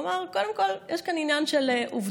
הוא אמר: קודם כול יש פה עניין של עובדות.